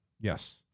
Yes